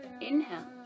inhale